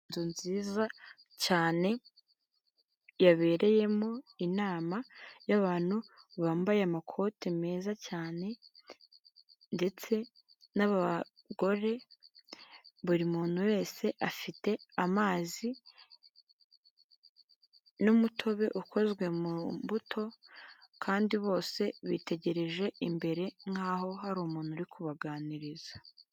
Inzu nziza cyane yabereyemo inama y'abantu bambaye amakoti meza cyane ndetse n'abagore. Buri muntu wese afite amazi n'umutobe ukozwe mu mbuto kandi bose bitegereje imbere nk'aho hari umuntu uri kubaganiriza.